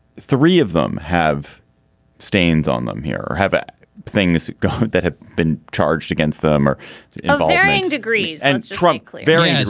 three of them have stains on them here or have things that have been charged against them or you know involving and degrees and trump var.